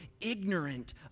ignorant